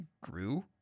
grew